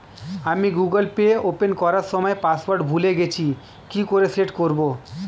আমি Google Pay open করার সময় পাসওয়ার্ড ভুলে গেছি কি করে সেট করব?